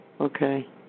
okay